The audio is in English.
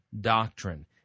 doctrine